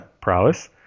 Prowess